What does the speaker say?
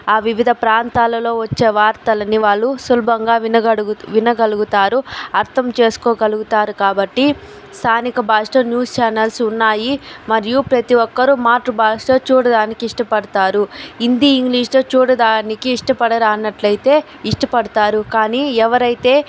ఆ వివిధ ప్రాంతాలలో వచ్చే వార్తలని వాళ్ళు సులభంగా వినగలుగు వినగలుగుతారు అర్థం చేసుకోగలుగుతారు కాబట్టి స్థానిక భాషలో న్యూస్ చానల్స్ ఉన్నాయి మరియు ప్రతి ఒక్కరు మాతృభాష చూడటానికి ఇష్టపడుతారు హిందీ ఇంగ్లీష్లో చూడడానికి ఇష్టపడరా అన్నట్లయితే ఇష్టపడతారు కానీ ఎవరైతే